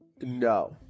No